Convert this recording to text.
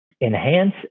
enhance